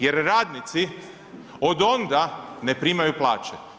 Jer radnici od onda ne primaju plaće.